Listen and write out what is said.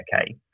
Okay